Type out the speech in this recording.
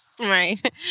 right